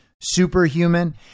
superhuman